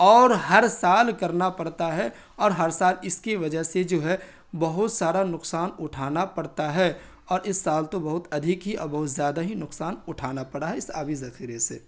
اور ہر سال کرنا پڑتا ہے اور ہر سال اس کی وجہ سے جو ہے بہت سارا نقصان اٹھانا پڑتا ہے اور اس سال تو بہت ادھیک ہی اور بہت زیادہ ہی نقصان اٹھانا پڑا ہے اس آبی ذخیرے سے